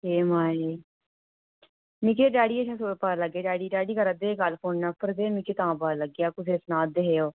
एह् माए मिकी डैडिए शा पता लग्गेआ डैड क करा रदे हे गल्ल फोना पर ते तां लग्गेआ पता कुसा गी सना दे हे ओह्